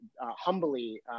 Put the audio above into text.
humbly